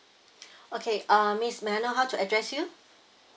okay uh miss may I know how to address you